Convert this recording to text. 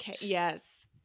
yes